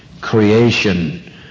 creation